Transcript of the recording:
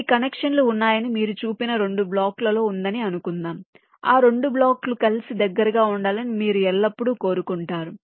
10 కనెక్షన్లు ఉన్నాయని మీరు చూపిన 2 బ్లాక్లు లో ఉందని అనుకుందాం ఆ 2 బ్లాక్లు కలిసి దగ్గరగా ఉండాలని మీరు ఎల్లప్పుడూ కోరుకుంటారు